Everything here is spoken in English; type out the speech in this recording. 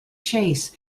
chase